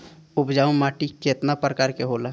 उपजाऊ माटी केतना प्रकार के होला?